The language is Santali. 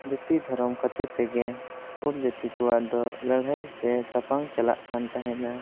ᱡᱟᱹᱛᱤ ᱫᱷᱚᱨᱚᱢ ᱠᱷᱟᱹᱛᱤᱨ ᱛᱮᱜᱮ ᱩᱯᱚᱡᱟᱹᱛᱤᱠᱚᱣᱟᱜ ᱫᱚ ᱞᱟᱹᱲᱦᱟᱹᱭ ᱥᱮ ᱛᱟᱯᱟᱢ ᱪᱟᱞᱟᱜ ᱠᱟᱱ ᱛᱟᱦᱮᱸᱫᱼᱟ